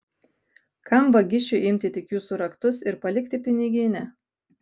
kam vagišiui imti tik jūsų raktus ir palikti piniginę